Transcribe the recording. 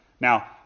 Now